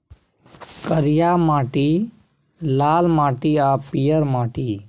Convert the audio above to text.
करिया माटि, लाल माटि आ पीयर माटि